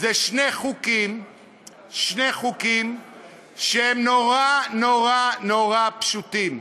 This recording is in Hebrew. שני חוקים שהם נורא נורא נורא פשוטים: